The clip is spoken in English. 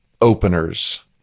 openers